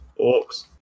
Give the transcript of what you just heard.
Orcs